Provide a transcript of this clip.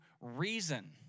reason